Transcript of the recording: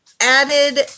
added